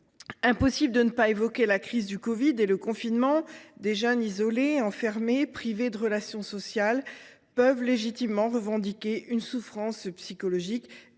impossible de ne pas évoquer la crise du covid 19 et le confinement. Des jeunes isolés, enfermés et privés de relations sociales peuvent légitimement revendiquer une souffrance psychologique